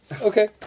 Okay